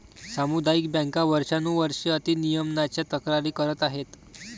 सामुदायिक बँका वर्षानुवर्षे अति नियमनाच्या तक्रारी करत आहेत